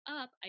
up